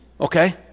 okay